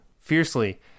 fiercely